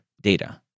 data